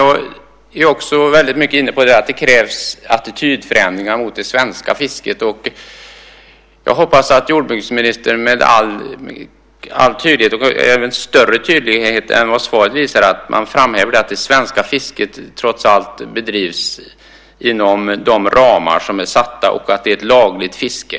Jag är också väldigt mycket inne på att det krävs attitydförändringar mot det svenska fisket. Jag hoppas att jordbruksministern med större tydlighet än vad som visas i svaret framhäver att det svenska fisket trots allt bedrivs inom de ramar som är satta och att det är ett lagligt fiske.